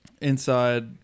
inside